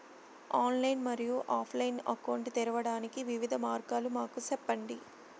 Online మరియు offline account తెరవడానికి వివిధ మార్గాలు మాకు సెప్పండి?